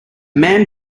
man